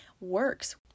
works